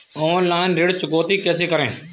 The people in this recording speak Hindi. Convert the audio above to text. ऑनलाइन ऋण चुकौती कैसे करें?